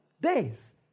days